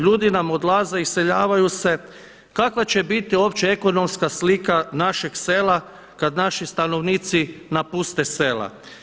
Ljudi nam odlaze, iseljavaju se, kakva će biti uopće ekonomska slika našeg sela kada naši stanovnici napuste sela.